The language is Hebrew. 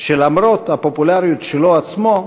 שלמרות הפופולריות שלו עצמו,